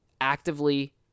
actively